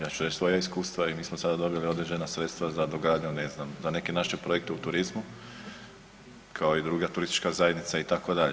Ja ću reć svoja iskustva i mi smo sada dobili određena sredstva za dogradnju ne znam za neke naše projekte u turizmu kao i druga turistička zajednica itd.